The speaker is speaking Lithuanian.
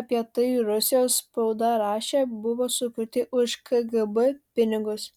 apie tai rusijos spauda rašė buvo sukurti už kgb pinigus